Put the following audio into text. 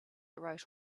wrote